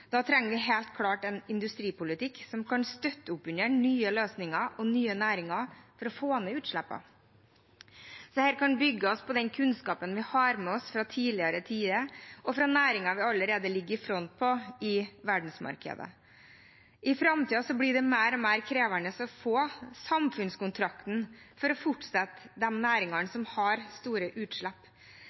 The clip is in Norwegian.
Da trenger vi helt klart en industripolitikk som kan støtte opp under nye løsninger og nye næringer for å få ned utslippene. Dette kan bygges på den kunnskapen vi har med oss fra tidligere tider, og fra næringer vi allerede ligger i front med i verdensmarkedet. I framtiden blir det mer og mer krevende å få samfunnskontrakten for å fortsette med de næringene som har store utslipp.